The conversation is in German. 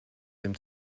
dem